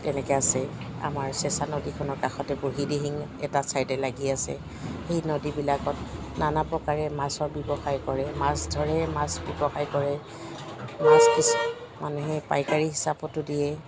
তেনেকৈ আছে আমাৰ চেঁচা নদীখনৰ কাষতে বুঢ়ীদিহিং এটা ছাইডে লাগি আছে সেই নদীবিলাকত নানা প্ৰকাৰে মাছৰ ব্যৱসায় কৰে মাছ ধৰে মাছ ব্যৱসায় কৰে মাছ মানুহে পাইকাৰি হিচাপতো দিয়ে